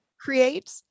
create